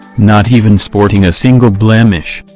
not even sporting a single blemish,